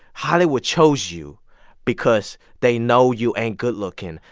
hollywood chose you because they know you ain't good-looking.